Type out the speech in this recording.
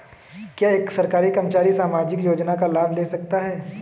क्या एक सरकारी कर्मचारी सामाजिक योजना का लाभ ले सकता है?